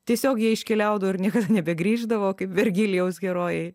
tiesiog jie iškeliaudavo ir niekada nebegrįždavo kaip vergilijaus herojai